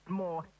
more